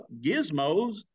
gizmos